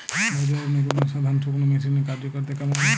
বাজারে নতুন আসা ধান শুকনোর মেশিনের কার্যকারিতা কেমন?